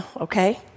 okay